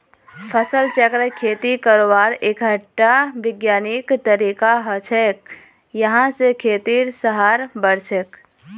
फसल चक्र खेती करवार एकटा विज्ञानिक तरीका हछेक यहा स खेतेर सहार बढ़छेक